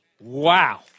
Wow